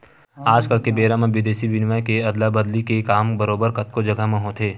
आज के बेरा म बिदेसी बिनिमय के अदला बदली के काम बरोबर कतको जघा म होथे